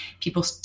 people